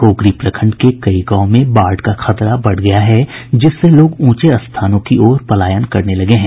गोगरी प्रखंड के कई गांवों में बाढ़ का खतरा बढ़ गया है जिससे लोग ऊंचे स्थानों की ओर पलायन करने लगे हैं